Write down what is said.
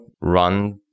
run